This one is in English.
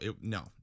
No